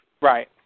right